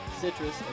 citrus